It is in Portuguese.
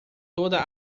toda